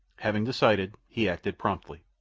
having decided, he acted promptly.